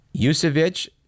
Yusevich